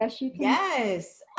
yes